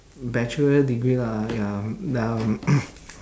bachelor degree lah ya mm um